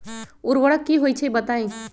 उर्वरक की होई छई बताई?